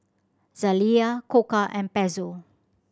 Zalia Koka and Pezzo